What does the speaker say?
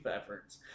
efforts